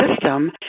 system